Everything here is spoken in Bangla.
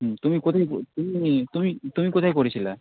হুম তুমি কোথায় তুমিই তুমি তুমি কোথায় পড়েছিলা